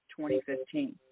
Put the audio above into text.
2015